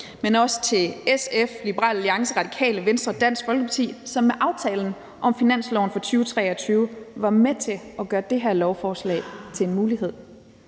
men også til SF, Liberal Alliance, Radikale Venstre og Dansk Folkeparti, som med aftalen om finansloven for 2023 var med til at gøre det her lovforslag til en mulighed.